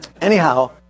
Anyhow